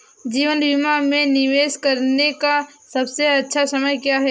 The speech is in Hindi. जीवन बीमा में निवेश करने का सबसे अच्छा समय क्या है?